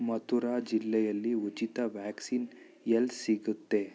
ಮಥುರಾ ಜಿಲ್ಲೆಯಲ್ಲಿ ಉಚಿತ ವ್ಯಾಕ್ಸಿನ್ ಎಲ್ಲಿ ಸಿಗುತ್ತೆ